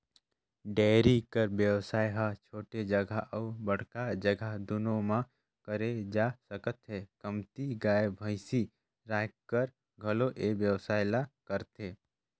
dairy कर बेवसाय ह छोटे जघा अउ बड़का जघा दूनो म करे जा सकत हे, कमती गाय, भइसी राखकर घलोक ए बेवसाय ल करथे